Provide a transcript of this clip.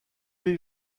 les